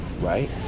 right